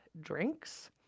drinks